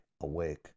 Awake